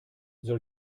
soll